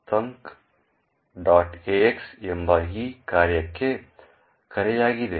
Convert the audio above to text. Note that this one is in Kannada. ax ಎಂಬ ಈ ಕಾರ್ಯಕ್ಕೆ ಕರೆಯಾಗಿದೆ